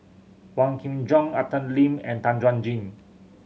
Wong Kin Jong Arthur Lim and Tan Chuan Jin